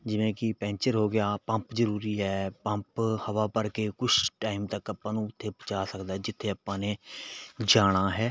ਜਿਵੇਂ ਕਿ ਪੈਂਚਰ ਹੋ ਗਿਆ ਪੰਪ ਜ਼ਰੂਰੀ ਹੈ ਪੰਪ ਹਵਾ ਭਰ ਕੇ ਕੁਛ ਟਾਈਮ ਤੱਕ ਆਪਾਂ ਨੂੰ ਉੱਥੇ ਪਹੁੰਚਾ ਸਕਦਾ ਜਿੱਥੇ ਆਪਾਂ ਨੇ ਜਾਣਾ ਹੈ